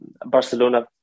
Barcelona